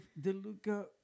Deluca